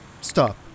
stop